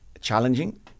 challenging